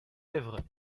lèvres